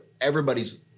everybody's